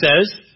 says